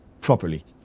properly